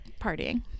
partying